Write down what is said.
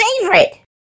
favorite